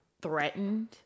threatened